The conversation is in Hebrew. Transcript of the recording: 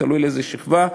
תלוי לאיזו שכבה,